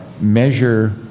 measure